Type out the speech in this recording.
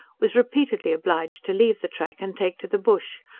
was repeatedly obliged to leave the track and take to the bush,